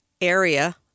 area